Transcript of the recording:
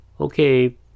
okay